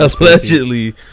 Allegedly